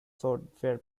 software